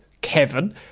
Kevin